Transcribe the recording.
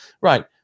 right